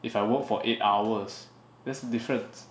if I work for eight hours that's different